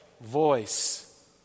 voice